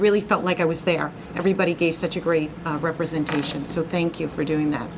really felt like i was there everybody gave such a great representation so thank you for doing that